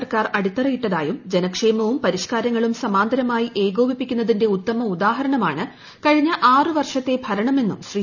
സർക്കാർ അടിത്തറയിട്ടതായും പരിഷ്കാരങ്ങളും ജനക്ഷേമവും സമാന്തരമായി ഏകോപിപ്പിക്കുന്നതിന്റെ ഉത്തമ ഉദാഹരണമാണ് കഴിഞ്ഞ ആറ് വർഷത്തെ ഭരണമെന്നും ശ്രീ